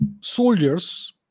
soldiers